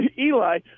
Eli